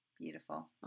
Beautiful